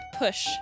push